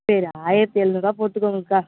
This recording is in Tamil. சரி ஆயிரத்து எழுநூறுரூவா போட்டுக்கோங்க அக்கா